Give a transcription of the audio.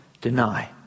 deny